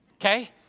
okay